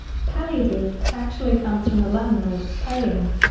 palliative actually comes from the latin word pallium,